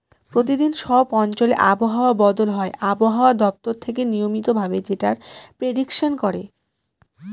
প্রতিদিন সব অঞ্চলে আবহাওয়া বদল হয় আবহাওয়া দপ্তর থেকে নিয়মিত ভাবে যেটার প্রেডিকশন করে